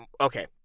okay